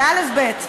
זה אלף-בית.